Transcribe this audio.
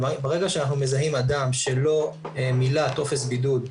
ברגע שאנחנו מזהים אדם שלא מילא טופס בידוד,